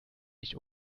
nicht